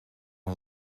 een